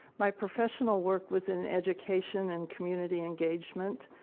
my professional work was in education and community engagement.